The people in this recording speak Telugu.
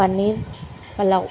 పన్నీర్ పులావ్